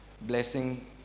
Blessing